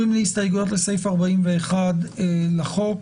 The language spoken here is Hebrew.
אנחנו עוברים להסתייגויות לסעיף 41 להצעת החוק.